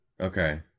Okay